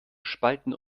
spalten